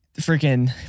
freaking